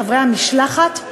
חברי המשלחת,